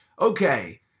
okay